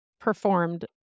performed